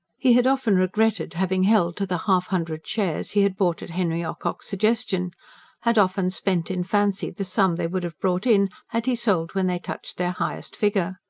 he had often regretted having held to the half-hundred shares he had bought at henry ocock's suggestion had often spent in fancy the sum they would have brought in, had he sold when they touched their highest figure.